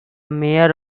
mayor